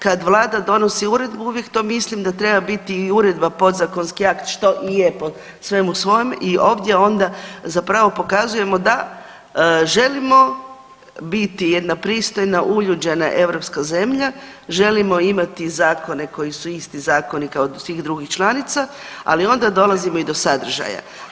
Kad vlada donosi uredbu uvijek to mislim da treba biti i uredba podzakonski akt što i je po svemu svojem i ovdje onda zapravo pokazujemo da želimo biti jedna pristojna, uljuđena europska zemlja, želimo imati zakone koji su isti zakoni kao svih drugih članica, ali onda dolazimo i do sadržaja.